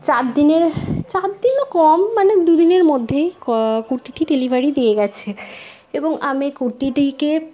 চার দিনে চার দিনও কম মানে দুদিনের মধ্যেই কুর্তিটি ডেলিভারি দিয়ে গেছে এবং আমি কুর্তিটিকে